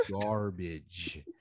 Garbage